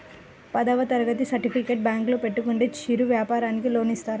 పదవ తరగతి సర్టిఫికేట్ బ్యాంకులో పెట్టుకుంటే చిరు వ్యాపారంకి లోన్ ఇస్తారా?